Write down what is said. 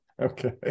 okay